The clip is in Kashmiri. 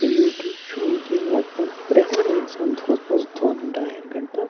یوٗٹیوٗب چھُ وٕنۍکٮ۪ن لگ بگ پرٛٮ۪تھ کانٛہہ اِنسان دۄہَس منٛز دۄن ڈایَن گنٹَن